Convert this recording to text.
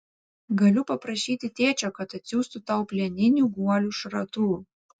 galiu paprašyti tėčio kad atsiųstų tau plieninių guolių šratų